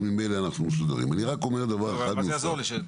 מה זה יעזור לי?